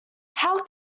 how